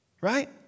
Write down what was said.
right